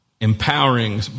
empowering